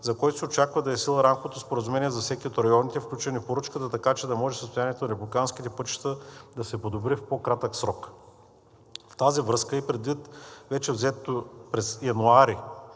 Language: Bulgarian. за който се очаква да е в сила рамковото споразумение за всеки от районите, включени в поръчката, така че да може състоянието на републиканските пътища да се подобри в по-кратък срок. В тази връзка и предвид вече взето през януари